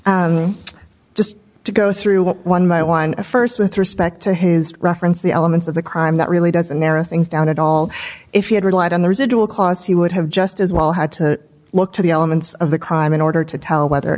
not just to go through one by one first with respect to his reference the elements of the crime that really doesn't narrow things down at all if he had relied on the residual cause he would have just as well had to look to the elements of the crime in order to tell whether